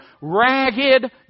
ragged